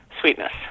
sweetness